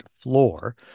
floor